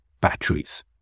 batteries